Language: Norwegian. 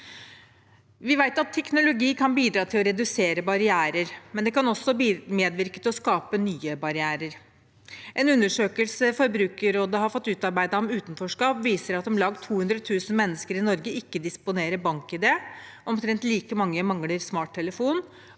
teknologi kan bidra til å redusere barrierer, men det kan også medvirke til å skape nye barrierer. En undersøkelse Forbrukerrådet har fått utarbeidet om utenforskap, viser at om lag 200 000 mennesker i Norge ikke disponerer BankID, omtrent like mange mangler smarttelefon,